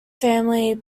family